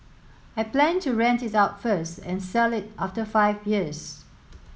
I plan to rent it out first and sell it after five years